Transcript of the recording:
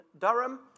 Durham